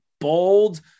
bold